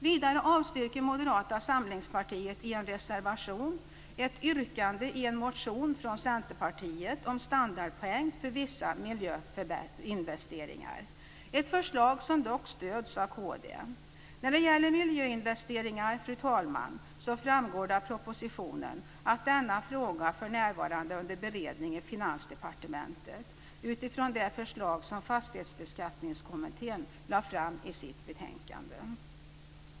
Vidare avstyrker Moderata samlingspartiet i en reservation ett yrkande i en motion från Centerpartiet om standardpoäng för vissa miljöinvesteringar. Det är ett förslag som dock stöds av Kristdemokraterna. När det gäller miljöinvesteringar, fru talman, framgår det av propositionen att denna fråga för närvarande är under beredning i Finansdepartementet utifrån det förslag som Fastighetsbeskattningskommittén lade fram i sitt betänkande.